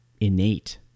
innate